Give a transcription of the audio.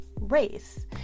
race